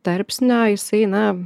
tarpsnio jisai na